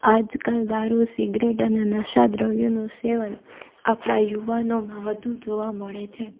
આજકાલ દારૂ સીગરેટ અને નશા દ્રવ્યોનું સેવન આપણા યુવાનોમાં વધુ જોવા મળે છે